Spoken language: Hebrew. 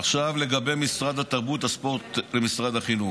עכשיו לגבי משרד התרבות והספורט ומשרד החינוך.